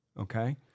okay